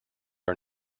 are